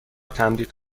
تمدید